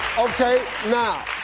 okay now,